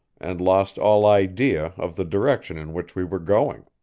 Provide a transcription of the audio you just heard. and lost all idea of the direction in which we were going.